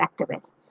activists